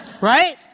Right